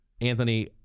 Anthony